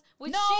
No